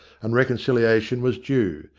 and re conciliation was due.